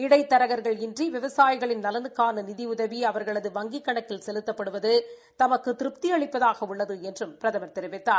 இடைத்தரகா்கள் இன்றி விவசாயிகளின் நலனுக்கான நிதி உதவி அவா்களது வங்கிக் கணக்கில் செலுத்தப்படுவது தமக்கு திருப்தி அளிப்பதாக உள்ளது என்றும் பிரதமர் தெரிவித்தார்